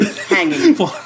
hanging